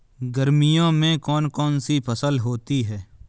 गर्मियों में कौन कौन सी फसल होती है?